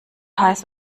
heiß